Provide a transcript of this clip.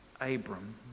Abram